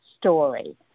story